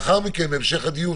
בהמשך הדיון,